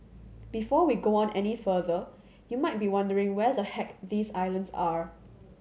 before we go on any further you might be wondering where the heck these islands are